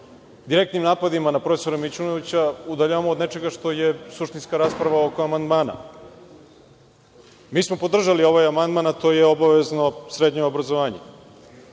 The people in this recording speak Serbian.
direktnim napadima na profesora Mićunovića udaljavamo od nečega što je suštinska rasprava oko amandmana. Mi smo podržali ovaj amandman, a to je obavezno srednje obrazovanje.